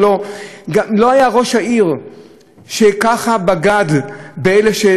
לא היה ראש עיר שככה בגד באלה שתמכו בו,